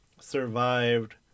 survived